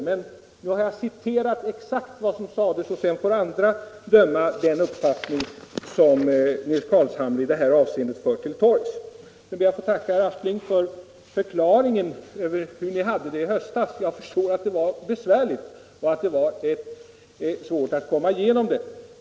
Men nu har jag citerat exakt vad som sades, och sedan får andra döma över den uppfattning som herr Carlshamre i detta avseende för till torgs. Jag ber också att få tacka herr Aspling för förklaringen när det gäller hur ni hade det i höstas. Jag förstår att det var besvärligt och svårt att komma igenom det.